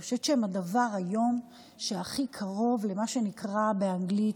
אני חושבת שהם היום הדבר שהכי קרוב למה שנקרא באנגלית,